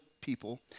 people